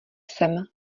sem